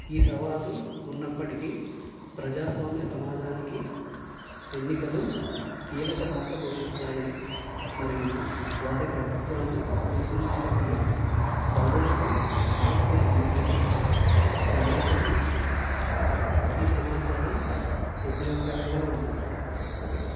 ఈ సవాళ్లు ఉన్నప్పటికీ ప్రజాస్వామ్య సమాజానికి ఎన్నికలు కీలక పాత్ర పోషిస్తాయని మరియు వారి ప్రభుత్వాన్ని రూపొందించడంలో పౌరులకు వాయిస్ని అందించడం గమనించడం ముఖ్యం ఈ సమాచారం ఉపయోగకరంగా ఉంటుంది